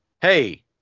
hey